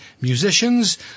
musicians